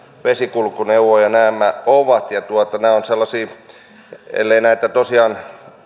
vesikulkuneuvoja nämä ovat nämä ovat sellaisia että ellei näitä tosiaan